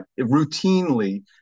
routinely